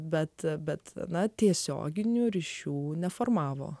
bet bet na tiesioginių ryšių neformavo